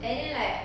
and then like